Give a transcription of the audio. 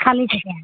খালী থাকে